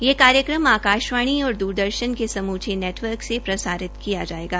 यह कार्यक्रम आकाशवाणी और दुरदर्शन के समूचे नेटवर्क से प्रसारित किया जायेगा